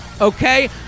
Okay